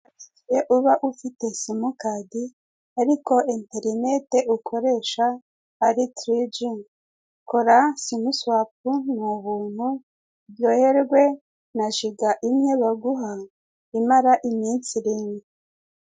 Hari igihe uba ufite simukadi ariko interinete ukoresha ari tiriji, kora simuswapu ni ubuntu uryoherwe na jiga imwe baguha imara iminsi irindwi.